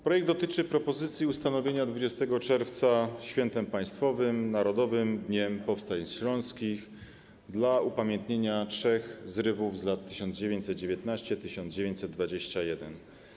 Projekt dotyczy propozycji ustanowienia dnia 20 czerwca świętem państwowym - Narodowym Dniem Powstań Śląskich, dla upamiętnienia trzech zrywów z lat 1919-1921.